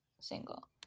single